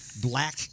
black